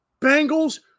Bengals